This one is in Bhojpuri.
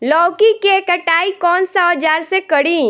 लौकी के कटाई कौन सा औजार से करी?